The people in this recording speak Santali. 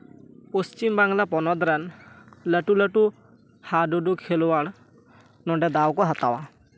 ᱯᱚᱥᱪᱤᱢᱵᱟᱝᱞᱟ ᱯᱚᱱᱚᱛ ᱨᱮᱱ ᱞᱟᱹᱴᱩ ᱞᱟᱹᱴᱩ ᱦᱟᱼᱰᱩᱼᱰᱩ ᱠᱷᱮᱞᱳᱣᱟᱲ ᱱᱚᱰᱮ ᱫᱟᱣ ᱠᱚ ᱦᱟᱛᱟᱣᱟ